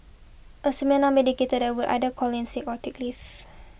a similar that would either call in sick or take leave